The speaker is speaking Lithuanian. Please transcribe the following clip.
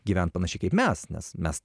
gyvent panašiai kaip mes nes mes